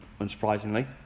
unsurprisingly